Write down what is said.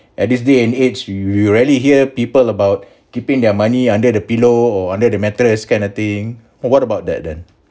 at this day and age you rarely hear people about keeping their money under the pillow or under the mattress kind of thing what about that then